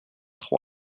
trois